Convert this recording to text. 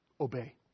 obey